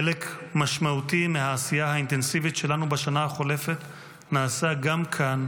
חלק משמעותי מהעשייה האינטנסיבית שלנו בשנה החולפת נעשה גם כאן,